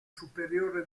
superiore